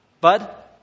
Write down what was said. bud